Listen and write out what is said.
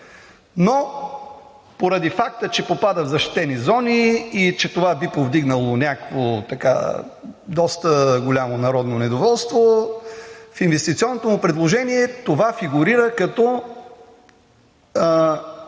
но поради факта че попада в защитени зони и че това би повдигнало някакво доста голямо народно недоволство, в инвестиционното му предложение това фигурира като